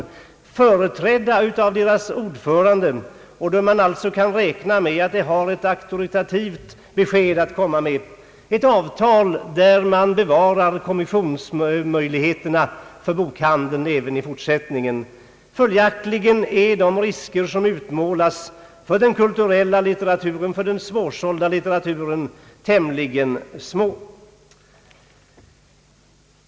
De båda sidorna har varit företrädda av respektive ordförande, och man kan alltså räkna med att de har ett auktoritativt besked att komma med. Avtalet innebär att kommissionsmöjligheterna för bokhandeln bevaras även i fortsättningen. Följaktligen är de risker som utmålas när det gäller den kulturella litteraturen, den svårsålda litteraturen, tämligen små.